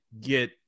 get